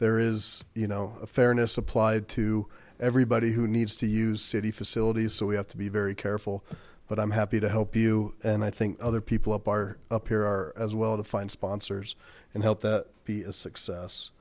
there is you know a fairness applied to everybody who needs to use city facilities so we have to be very careful but i'm happy to help you and i think other people up are up here are as well to find sponsors and help that be a success